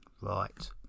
Right